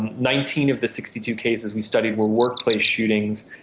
nineteen of the sixty two cases we studied were workplace shootings,